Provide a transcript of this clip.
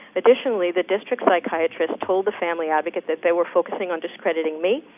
additionally, the district psychiatrist told the family advocate that they were focusing on discrediting me,